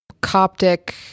Coptic